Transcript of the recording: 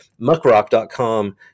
Muckrock.com